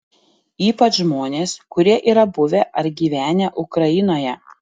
ypač žmonės kurie yra buvę ar gyvenę ukrainoje